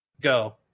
Go